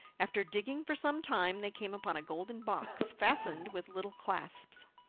after digging for some time they came upon a golden box fastened with little clasps.